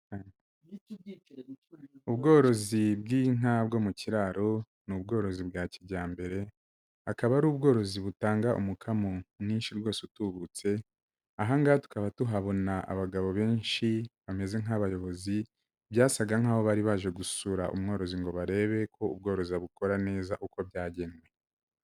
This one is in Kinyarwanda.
Ubworozi bw'inka bwo mu kiraro n' ubworozi bwa kijyamberekaba, akaba ari ubworozi butanga umukamo mwinshi rwose utubutse. Ahangaha tukaba tuhabona abagabo benshi bameze nk'abayobozi byasaga nkaho bari baje gusura umworozi ngo barebe ko ubworozi abukora neza uko byagenwe.